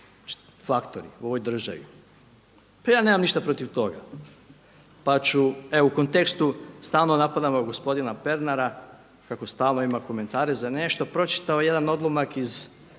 faktori u ovoj državi. Pa ja nemam ništa protiv toga, pa ću evo u kontekstu stalno napadamo gospodina Pernara kako stalno ima komentare za nešto pročitao jedan odlomak iz